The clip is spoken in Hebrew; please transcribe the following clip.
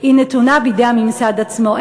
נתון בידי הממסד עצמו.